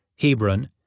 Hebron